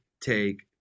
take